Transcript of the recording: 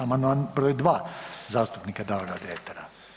Amandman br. 2 zastupnika Davora Dretara.